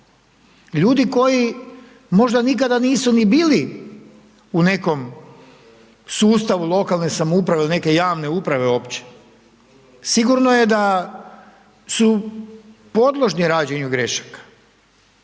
ljudi koji možda nikada nisu ni bili u nekom sustavu lokalne samouprave ili neke javne uprave uopće. Sigurno je da su podložni rađenju grešaka,